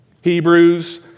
Hebrews